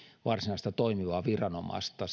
varsinaista toimivaa viranomaista